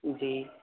جی